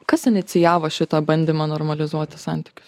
kas inicijavo šitą bandymą normalizuoti santykius